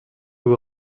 vous